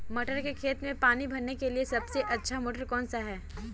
मटर के खेत में पानी भरने के लिए सबसे अच्छा मोटर कौन सा है?